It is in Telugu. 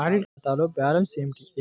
ఆడిట్ ఖాతాలో బ్యాలన్స్ ఏమిటీ?